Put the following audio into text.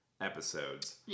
episodes